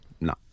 no